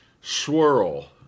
swirl